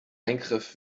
eingriff